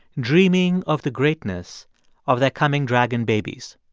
dreaming of the greatness of their coming dragon babies